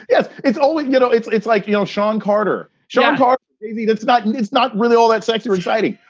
yes. it's always, you know, it's it's like, you know, sean carter. sean parker. it's not and it's not really all that sexy or exciting.